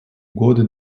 годы